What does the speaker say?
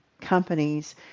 companies